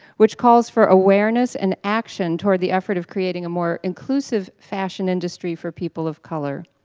which calls for awareness and action toward the effort of creating a more inclusive fashion industry for people of color.